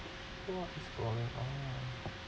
what is going on